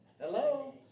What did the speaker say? Hello